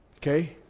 Okay